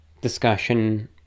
discussion